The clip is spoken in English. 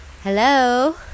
hello